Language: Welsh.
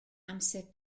amser